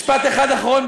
משפט אחד אחרון,